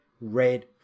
red